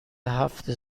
هفت